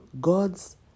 God's